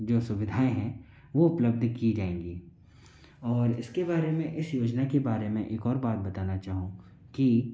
जो सुविधाएँ हैं वो उपलब्ध की जाएंगी और इसके बारे में इस योजना के बारे में एक और बात बताना चाहूँ कि